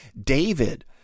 David